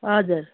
हजुर